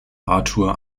arthur